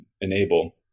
enable